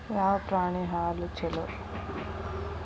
ಯಾವ ಪ್ರಾಣಿ ಹಾಲು ಛಲೋ?